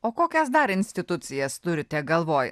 o kokias dar institucijas turite galvoj